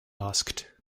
asked